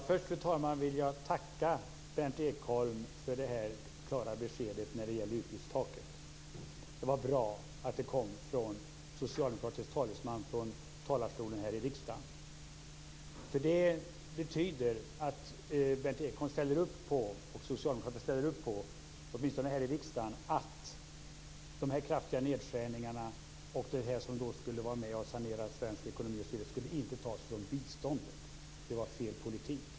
Fru talman! Först vill jag tacka Berndt Ekholm för det klara beskedet om utgiftstaket. Det var bra att det kom från en socialdemokratisk talesman i talarstolen här i riksdagen. Det betyder att Berndt Ekholm och åtminstone socialdemokraterna här i riksdagen ställer upp på att de kraftiga nedskärningarna som skulle vara med och sanera svensk ekonomin inte skulle tas från biståndet. Det var fel politik.